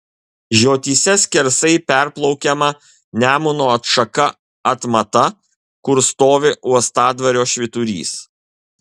žiotyse skersai perplaukiama nemuno atšaka atmata kur stovi uostadvario švyturys